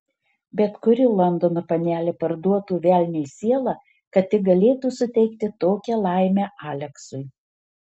bet kuri londono panelė parduotų velniui sielą kad tik galėtų suteikti tokią laimę aleksui